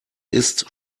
ist